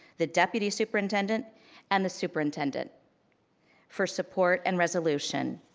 the deputy superintendent and the superintendent for support and resolution.